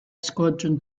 squadron